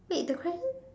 wait the question